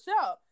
show